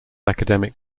academic